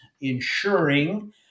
ensuring